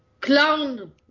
clown